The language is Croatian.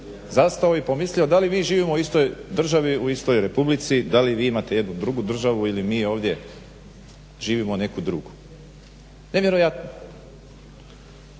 zastao i pomislio da li mi živimo u istoj državi, u istoj Republici, da li vi imate jednu drugu državu ili mi ovdje živimo neku drugu. Nevjerojatno!